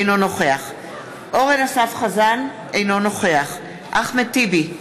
אינו נוכח אורן אסף חזן, אינו נוכח אחמד טיבי,